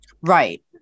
Right